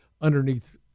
underneath